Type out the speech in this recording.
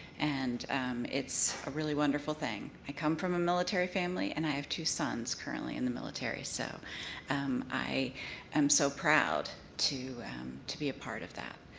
and it's a really wonderful thing. i come from a military family and i have two sons currently in the military. so i am so proud to be a part of that.